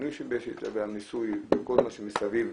שינוי של המיסוי וכל מה שמסביב,